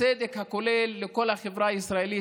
הצדק הכולל לכל החברה הישראלית,